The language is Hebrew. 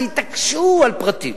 שהתעקשו על פרטים.